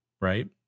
right